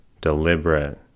Deliberate